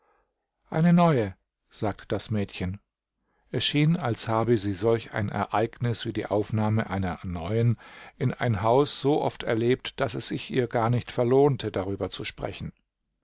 eine neue sagte das mädchen es schien als habe sie solch ein ereignis wie die aufnahme einer neuen in ein haus so oft erlebt daß es sich ihr gar nicht verlohnte darüber zu sprechen